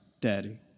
Daddy